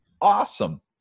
awesome